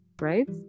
right